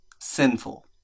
sinful